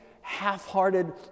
half-hearted